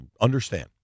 understand